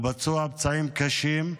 הוא פצוע פצעים קשים.